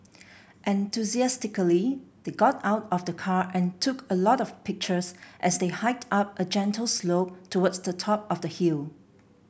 enthusiastically they got out of the car and took a lot of pictures as they hiked up a gentle slope towards the top of the hill